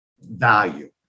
value